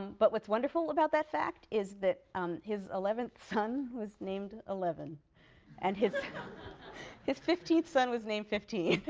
but what's wonderful about that fact is that his eleventh son was named eleven and his his fifteenth son was named fifteen